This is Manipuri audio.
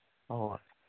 ꯑꯣ